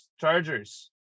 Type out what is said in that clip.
Chargers